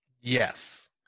Yes